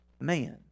man